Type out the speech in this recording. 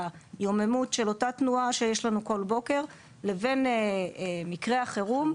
היוממות של אותה תנועה שיש לנו כל בוקר לבין מקרי החירום,